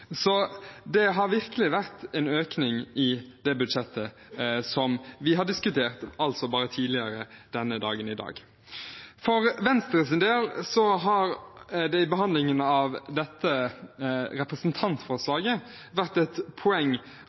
Så det har virkelig vært en økning i det budsjettet som vi har diskutert tidligere i dag. For Venstres del har det i behandlingen av dette representantforslaget vært et poeng